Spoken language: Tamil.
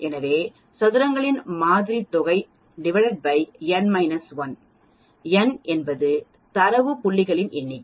எனவே சதுரங்களின் மாதிரி தொகை n 1 n என்பது தரவு புள்ளிகளின் எண்ணிக்கை